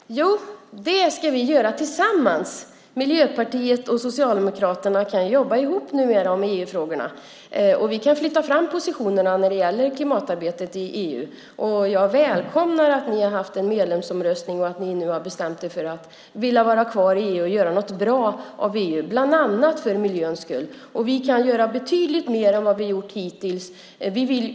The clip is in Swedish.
Fru talman! Jo, det ska vi göra tillsammans. Miljöpartiet och Socialdemokraterna kan jobba ihop numera om EU-frågorna. Vi kan flytta fram positionerna när det gäller klimatarbetet i EU. Jag välkomnar att ni har haft en medlemsomröstning och att ni nu har bestämt er för att vilja vara kvar i EU och göra något bra av EU, bland annat för miljöns skull. Vi kan göra betydligt mer än vi har gjort hittills.